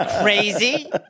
crazy